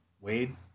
Wade